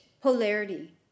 polarity